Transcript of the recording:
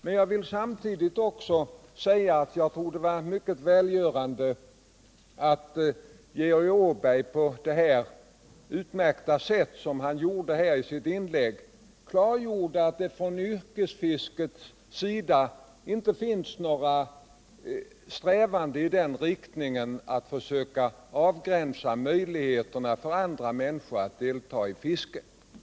Men jag vill samtidigt också säga att jag tror det var mycket välgörande att Georg Åberg på ett utmärkt sätt i sitt inlägg klargjorde att det från yrkesfiskets sida inte finns några strävanden som går ut på att försöka avgränsa möjligheterna för andra människor att delta i fisket.